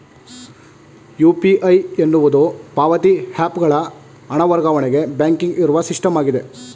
UPI ಎನ್ನುವುದು ಪಾವತಿ app ಗಳ ಹಣ ವರ್ಗಾವಣೆಗೆ ಬ್ಯಾಂಕಿಂಗ್ ಇರುವ ಸಿಸ್ಟಮ್ ಆಗಿದೆ